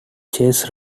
czech